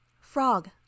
Frog